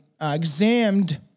examined